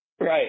Right